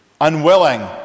unwilling